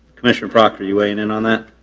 commissioner proctor, you weighing in on that?